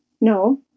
No